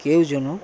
কেউ যেন